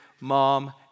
mom